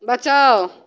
बचाउ